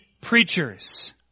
preachers